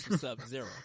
Sub-Zero